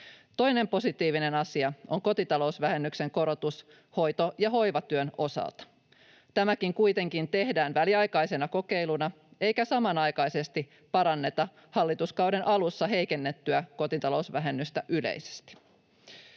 Toinen positiivinen asia on kotitalousvähennyksen korotus hoito‑ ja hoivatyön osalta. Tämäkin kuitenkin tehdään väliaikaisena kokeiluna, eikä samanaikaisesti paranneta hallituskauden alussa heikennettyä kotitalousvähennystä yleisesti.